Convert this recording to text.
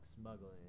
smuggling